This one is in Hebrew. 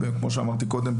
כמו שאמרתי קודם,